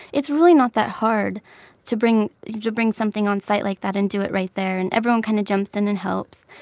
it's really not that hard to bring to bring something on site like that and do it right there. and everyone kind of jumps in and helps.